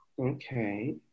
Okay